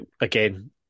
again